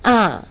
uh